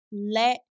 Let